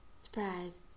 Surprise